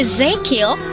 Ezekiel